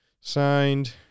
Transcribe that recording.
signed